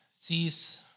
sees